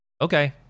Okay